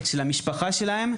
של המשפחה שלהם,